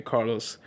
Carlos